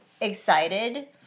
excited